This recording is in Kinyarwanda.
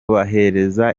bahereza